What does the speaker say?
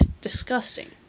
disgusting